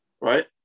right